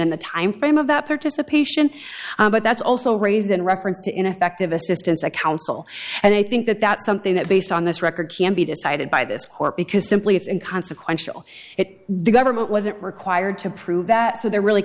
in the time frame about participation but that's also raised in reference to ineffective assistance of counsel and i think that that's something that based on this record can be decided by this court because simply if in consequential it the government wasn't required to prove that so there really